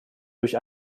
durch